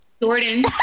Jordan